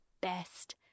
best